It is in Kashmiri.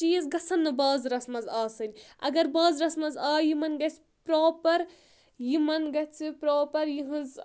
چیٖز گژھَن نہٕ بازرَس منٛز آسٕنۍ اگر بازرَس منٛز آے یِمَن گژھِ پرٛاپَر یِمَن گژھِ پرٛاپَر یِہٕنٛز